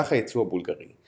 מסך הייצוא הבולגרי,